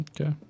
Okay